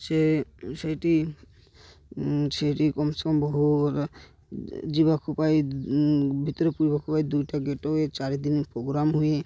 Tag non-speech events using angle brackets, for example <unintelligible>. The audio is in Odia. ସେ ସେଇଠି ସେଇଠି କମ୍ସେ କମ୍ ବହୁ ଯିବାକୁ ଉପାଏ ଭିତରେ <unintelligible> ଦୁଇଟା ଗେଟ୍ ହୁଏ ଚାରିଦିନ ପ୍ରୋଗ୍ରାମ୍ ହୁଏ